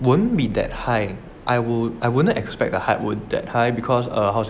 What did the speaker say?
won't be that high I would I wouldn't expect a hype would that high because err how to say